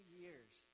years